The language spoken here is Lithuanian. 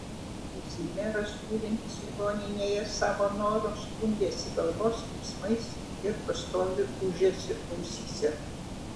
kazimieras gulintis ligoninėje savo noru skundėsi galvos skausmais ir pastoviu ūžesiu ausyse